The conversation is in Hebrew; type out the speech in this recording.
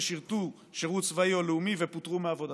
ששירתו שירות צבאי או לאומי ופוטרו מעבודתם.